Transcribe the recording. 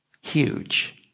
huge